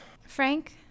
Frank